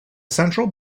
central